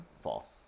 Fall